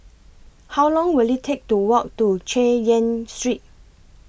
How Long Will IT Take to Walk to Chay Yan Street